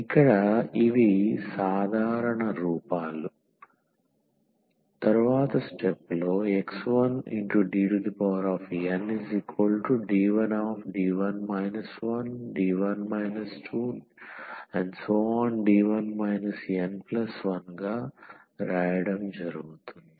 ఇక్కడ ఇవి సాధారణ రూపాలు xnDnD1D1 1D1 2⋯D1 n1